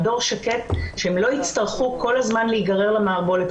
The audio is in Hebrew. מדור שקט שהם לא יצטרכו כל הזמן להיגרר למערבולת.